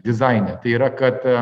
dizaine tai yra kad